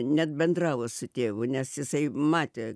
nebendravo su tėvu nes jisai matė